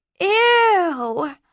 Ew